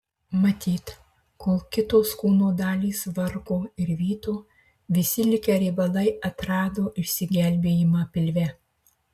matyt kol kitos kūno dalys vargo ir vyto visi likę riebalai atrado išsigelbėjimą pilve